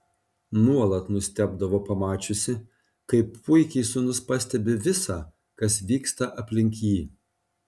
nuolat nustebdavo pamačiusi kaip puikiai sūnus pastebi visa kas vyksta aplink jį